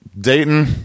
Dayton